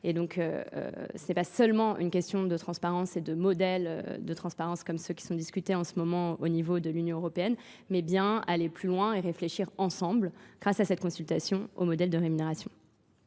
ce n'est pas seulement une question de transparence et de modèle de transparence comme ceux qui sont discutés en ce moment au niveau de l'Union Européenne, mais bien aller plus loin et réfléchir ensemble grâce à cette consultation au modèle de rémunération.